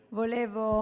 volevo